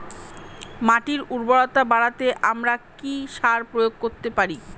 মাটির উর্বরতা বাড়াতে আমরা কি সার প্রয়োগ করতে পারি?